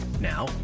Now